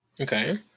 Okay